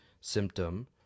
symptom